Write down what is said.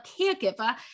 caregiver